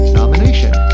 nomination